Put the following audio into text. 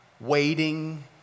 waiting